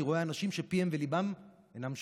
אני רואה אנשים שפיהם וליבם אינם שווים,